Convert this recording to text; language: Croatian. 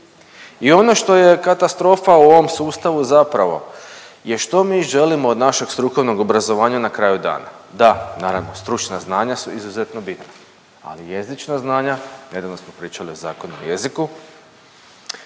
I ono što je katastrofa u ovom sustavu zapravo je što mi želimo od našeg strukovnog obrazovanja na kraju dana. Da, naravno stručna znanja su izuzetno bitna, a i jezična znanja nedavno smo pričali o Zakonu o jeziku